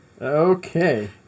Okay